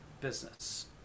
business